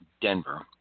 Denver